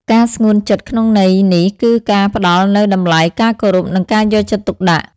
ការស្ងួនចិត្តក្នុងន័យនេះគឺការផ្តល់នូវតម្លៃ ការគោរព និងការយកចិត្តទុកដាក់។